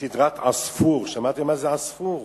בסדרה 'עספור'?" שמעתם מה זה עספור?